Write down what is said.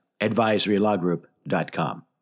advisorylawgroup.com